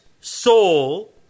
soul